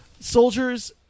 soldiers